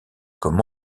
comme